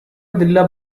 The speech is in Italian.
della